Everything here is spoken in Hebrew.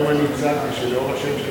היום אני הצעתי שלאור השם,